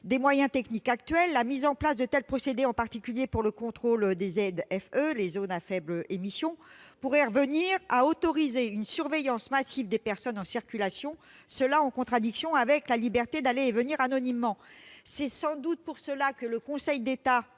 des moyens techniques actuels, la mise en place de tels procédés, en particulier pour le contrôle des zones à faibles émissions, les ZFE, pourrait revenir à autoriser une surveillance massive des personnes en circulation, et ce en contradiction avec la liberté d'aller et venir anonymement. Sans doute est-ce pour cela que le Conseil d'État